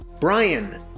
Brian